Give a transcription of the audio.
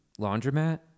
laundromat